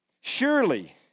Surely